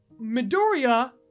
Midoriya